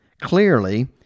Clearly